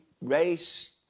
race